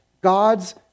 God's